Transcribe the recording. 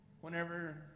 whenever